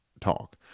talk